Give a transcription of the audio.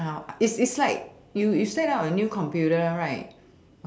is is like you you set up a new computer right